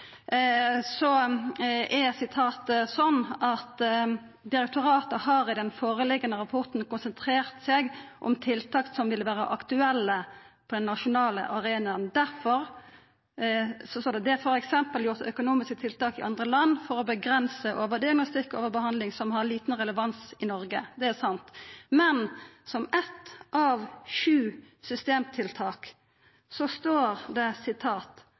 har i den foreliggende rapporten konsentrert oss om tiltak som vil være aktuelle på den nasjonale arena. Det er for eksempel gjort økonomiske tiltak i andre land for å begrense overdiagnostikk og overbehandling som har liten relevans i Norge Det er sant, men som eitt av sju systemtiltak står det: